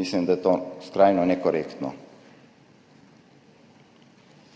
mislim, da je to skrajno nekorektno.